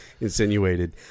insinuated